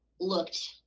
looked